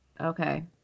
Okay